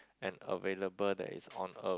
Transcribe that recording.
and available that is on earth